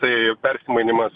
tai persimainymas